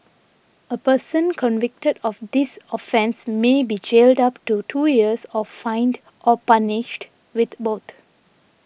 a person convicted of this offence may be jailed up to two years or fined or punished with both